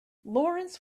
lawrence